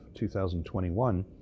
2021